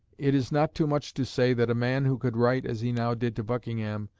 it is not too much to say that a man who could write as he now did to buckingham,